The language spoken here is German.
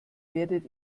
werdet